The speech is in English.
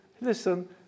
listen